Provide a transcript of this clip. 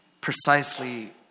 precisely